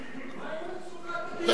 מה עם מצוקת הדיור?